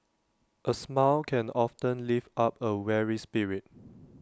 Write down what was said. A smile can often lift up A weary spirit